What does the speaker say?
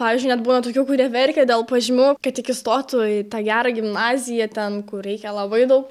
pavyzdžiui net būna tokių kurie verkia dėl pažymių kad tik įstotų į tą gerą gimnaziją ten kur reikia labai daug